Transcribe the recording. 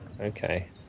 Okay